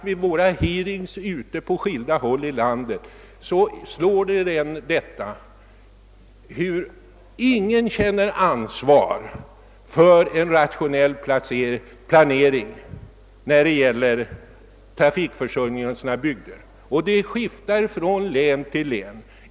Vid våra hearings ute på skilda håll i landet slår det en, att ingen känner ansvar för en rationell planering vad beträffar trafikförsörjningen i länet. Det skiftar från län till län.